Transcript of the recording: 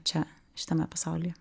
čia šitame pasaulyje